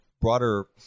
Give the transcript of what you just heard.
broader